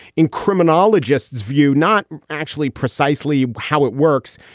in criminologists view not actually precisely how it works.